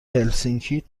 هلسینکی